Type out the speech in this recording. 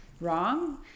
wrong